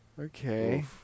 Okay